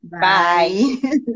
bye